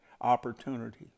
opportunity